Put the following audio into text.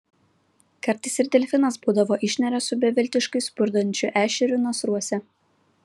kartais ir delfinas būdavo išneria su beviltiškai spurdančiu ešeriu nasruose